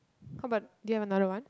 how about do you have another one